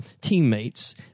teammates